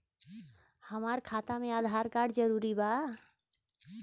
हमार खाता में आधार कार्ड जरूरी बा?